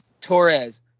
Torres